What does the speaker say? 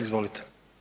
Izvolite.